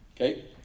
okay